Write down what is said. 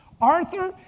Arthur